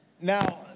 Now